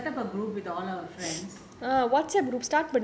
mm I'll I'll set up a group with all our friends